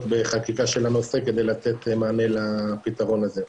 בחקיקה של הנושא כדי לתת מענה ופתרון לזה.